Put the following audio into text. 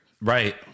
Right